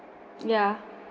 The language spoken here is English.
ya